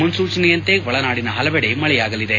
ಮುನ್ನೂಚನೆಯಂತೆ ಒಳನಾಡಿನ ಹಲವೆಡೆ ಮಳೆಯಾಗಲಿದೆ